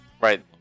Right